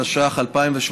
התשע"ח 2018,